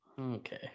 Okay